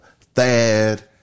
Thad